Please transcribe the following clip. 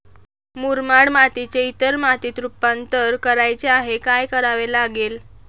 मुरमाड मातीचे इतर मातीत रुपांतर करायचे आहे, काय करावे लागेल?